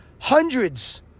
hundreds